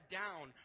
down